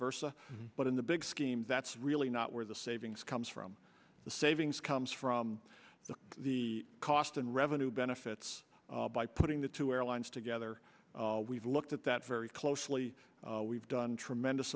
versa but in the big scheme that's really not where the savings comes from the savings comes from the the cost and revenue benefits by putting the two airlines together we've looked at that very closely we've done tremendous